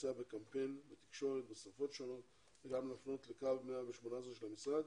להתבצע בקמפיין בתקשורת בשפות שונות וגם להפנות לקו 118 של המשרד,